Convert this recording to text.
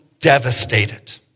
devastated